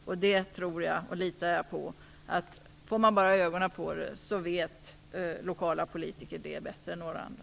Om lokala politiker bara får ögonen på det litar jag på att de vet det bättre än några andra.